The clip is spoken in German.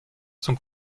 zum